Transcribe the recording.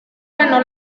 ganó